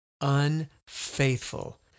unfaithful